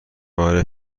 آره